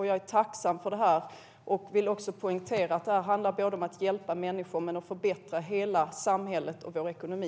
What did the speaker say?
Jag är tacksam för det här och vill poängtera att det handlar om att hjälpa människor men också om att förbättra hela samhället och vår ekonomi.